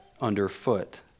underfoot